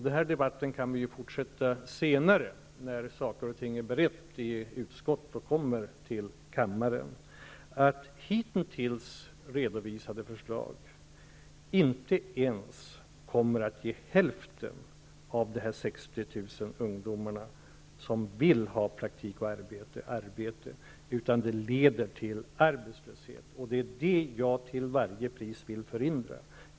Den här debatten kan vi fortsätta senare, när saker och ting är beredda i utskott och kommer till kammaren, men min uppfattning är att hitintills redovisade förslag inte ens kommer att ge sysselsättning åt hälften av de 60 000 undomar som vill ha praktik och arbete utan leder till arbetslöshet, och det är detta jag till varje pris vill förhindra.